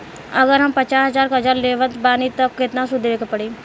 अगर हम पचास हज़ार कर्जा लेवत बानी त केतना सूद देवे के पड़ी?